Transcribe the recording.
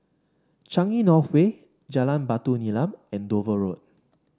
Changi North Way Jalan Batu Nilam and Dover Road